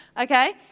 okay